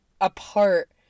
apart